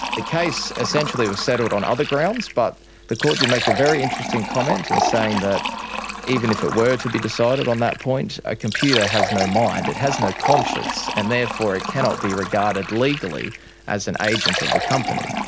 the case essentially was settled on other grounds, but the court did make a very interesting comment in saying that even if it were to be decided on that point, a computer has no mind, it has no conscience, and therefore cannot be regarded legally as an agent of the company,